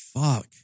Fuck